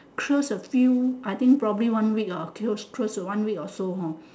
close a few I think probably one week uh close to one week or so hor